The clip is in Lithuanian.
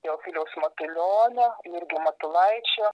teofiliaus matulionio jurgio matulaičio